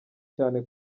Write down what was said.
cyane